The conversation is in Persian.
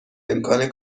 امکان